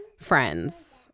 friends